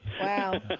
Wow